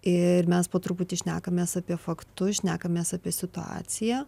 ir mes po truputį šnekamės apie faktus šnekamės apie situaciją